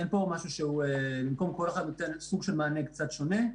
אין פה משהו שהוא במקום כל אחד נותן מענה קצת שונה.